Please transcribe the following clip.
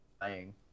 playing